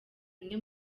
imwe